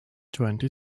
twenty